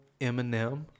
Eminem